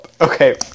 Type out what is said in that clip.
Okay